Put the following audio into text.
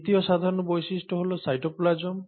দ্বিতীয় সাধারণ বৈশিষ্ট্য হল সাইটোপ্লাজম